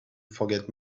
forget